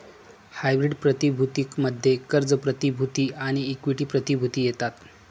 hybrid प्रतिभूती मध्ये कर्ज प्रतिभूती आणि इक्विटी प्रतिभूती येतात